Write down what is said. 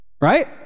Right